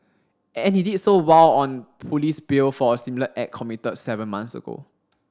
and he did so while on police bail for a similar act committed seven months ago